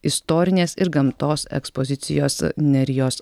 istorinės ir gamtos ekspozicijos nerijos